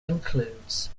includes